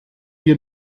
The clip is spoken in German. wir